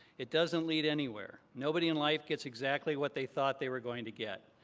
it doesn't lead anywhere. nobody in life gets exactly what they thought they were going to get.